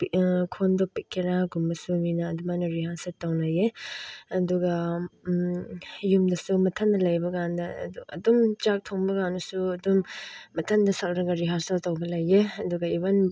ꯈꯨꯟꯗꯣ ꯄꯤꯛꯀꯦꯔꯥꯒꯨꯝꯕꯁꯨ ꯃꯤꯅ ꯑꯗꯨꯃꯥꯏꯅ ꯔꯤꯍꯥꯔꯁꯦꯜ ꯇꯧꯅꯩꯌꯦ ꯑꯗꯨꯒ ꯌꯨꯝꯗꯁꯨ ꯃꯊꯟꯗ ꯂꯩꯕꯀꯥꯟꯗ ꯑꯗꯨ ꯑꯗꯨꯝ ꯆꯥꯛ ꯊꯣꯡꯕꯀꯥꯟꯗꯁꯨ ꯑꯗꯨꯝ ꯃꯊꯟꯗ ꯁꯛꯂꯒ ꯔꯤꯍꯥꯔꯁꯦꯜ ꯇꯧꯕ ꯂꯩꯌꯦ ꯑꯗꯨꯒ ꯏꯚꯟ